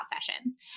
sessions